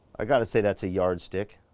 i gotta say, that's a yard stick.